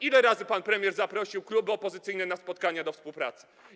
Ile razy pan premier zapraszał kluby opozycyjne na spotkania, do współpracy?